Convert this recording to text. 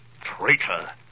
traitor